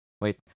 wait